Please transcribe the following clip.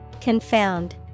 Confound